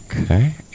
Okay